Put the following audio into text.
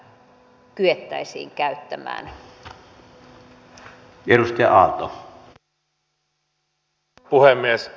arvoisa herra puhemies